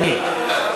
תמיד.